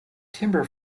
timber